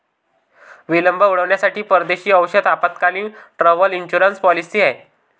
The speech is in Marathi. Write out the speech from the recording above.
विलंब उड्डाणांसाठी परदेशी औषध आपत्कालीन, ट्रॅव्हल इन्शुरन्स पॉलिसी आहे